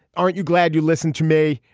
aren't you glad you listened to me?